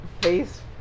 face